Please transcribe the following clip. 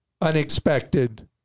unexpected